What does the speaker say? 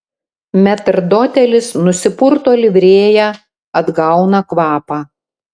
metrdotelis nusipurto livrėją atgauna kvapą